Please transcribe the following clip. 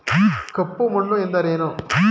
ಕಪ್ಪು ಮಣ್ಣು ಎಂದರೇನು?